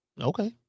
okay